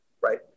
right